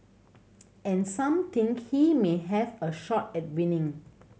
and some think he may have a shot at winning